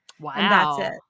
Wow